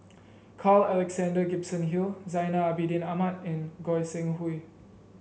Carl Alexander Gibson Hill Zainal Abidin Ahmad and Goi Seng Hui